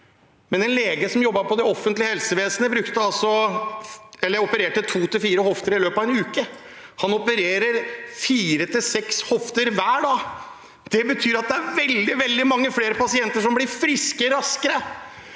Men en lege som jobbet i det offentlige helsevesenet, opererte to til fire hofter i løpet av én uke, mot nå å operere fire til seks hofter hver dag. Det betyr at det er veldig, veldig mange flere pasienter som blir friske raskere.